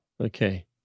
Okay